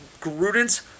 Gruden's